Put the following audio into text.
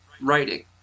writing